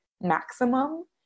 maximum